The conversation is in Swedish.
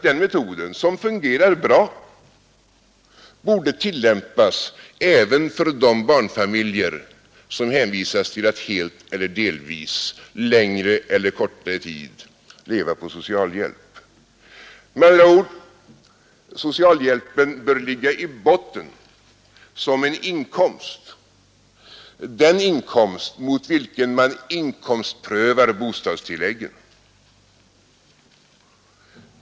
Den metoden, som fungerar bra, borde tillämpas även för de barnfamiljer som är hänvisade till att helt eller delvis, för längre eller kortare tid leva på socialhjälp. Socialhjälpen bör med andra ord ligga i botten som den inkomst mot vilken man inkomstprövar bostadstilläggen.